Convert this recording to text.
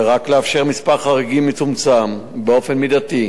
ורק לאפשר מספר חריגים מצומצם באופן מידתי,